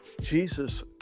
Jesus